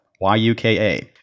Y-U-K-A